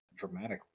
Dramatically